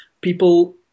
people